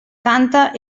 canta